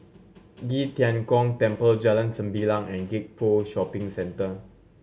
Qi Tian Gong Temple Jalan Sembilang and Gek Poh Shopping Centre